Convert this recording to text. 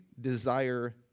desire